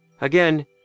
Again